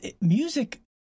music